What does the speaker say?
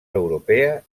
europea